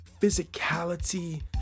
physicality